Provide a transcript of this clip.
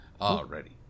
Already